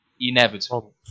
inevitable